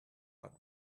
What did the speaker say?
but